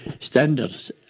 standards